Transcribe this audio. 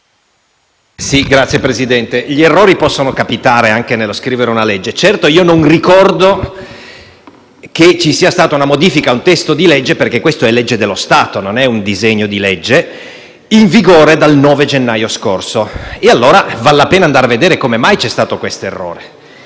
Signor Presidente, gli errori possono capitare anche nello scrivere una legge. Certo io non ricordo che ci sia stata una modifica a un testo di legge - perché questa è una legge dello Stato, non è un disegno di legge - in vigore dal 9 gennaio scorso, quindi vale la pena andare a vedere come mai c'è stato questo errore.